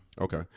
Okay